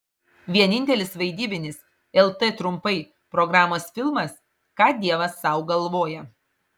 vienintelis vaidybinis lt trumpai programos filmas ką dievas sau galvoja